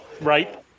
right